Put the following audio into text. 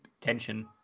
tension